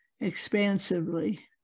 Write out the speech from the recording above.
Expansively